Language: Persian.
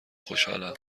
خوشحالم